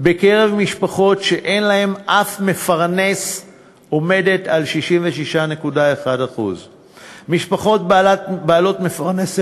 בקרב משפחות שאין להן אף מפרנס עומדת על 66.1%; משפחות בעלות מפרנס אחד,